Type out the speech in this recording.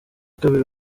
kabiri